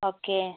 okay